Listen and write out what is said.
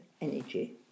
energy